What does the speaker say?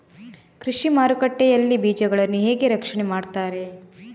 ಕೃಷಿ ಮಾರುಕಟ್ಟೆ ಯಲ್ಲಿ ಬೀಜಗಳನ್ನು ಹೇಗೆ ರಕ್ಷಣೆ ಮಾಡ್ತಾರೆ?